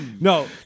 No